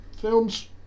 Films